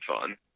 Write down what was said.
fun